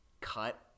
cut